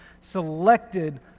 selected